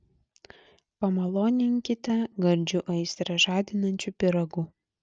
pamaloninkite gardžiu aistrą žadinančiu pyragu